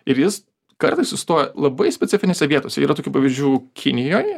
ir jis kartais sustoja labai specifinėse vietose yra tokių pavyzdžių kinijoj